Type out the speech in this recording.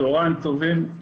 צוהריים טובים,